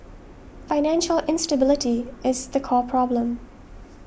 financial instability is the core problem